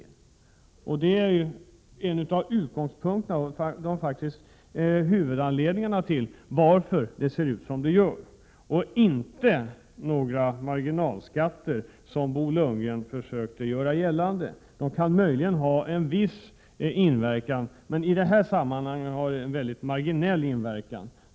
Det — och inte några marginalskatter, som Bo Lundgren försökte göra gällande — är en av huvudanledningarna till att det ser ut som det gör. Marginalskatterna kan möjligen ha en viss inverkan, men i det här sammanhanget har de en mycket marginell betydelse.